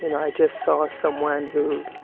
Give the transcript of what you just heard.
and i just saw someone who